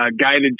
guided